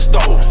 Stole